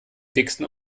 dicksten